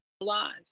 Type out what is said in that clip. lives